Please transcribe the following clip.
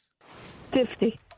Fifty